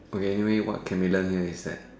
okay anyway what can be learnt here is that